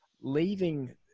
leaving